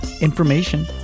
information